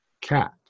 cat